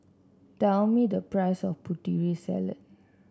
tell me the price of Putri Salad